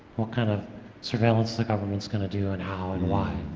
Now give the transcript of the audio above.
what kind of surveillance the government's going to do and how and why,